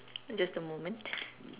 just a moment